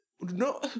No